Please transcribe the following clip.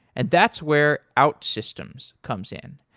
and that's where outsystems comes in.